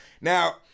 now